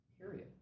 period